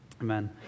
Amen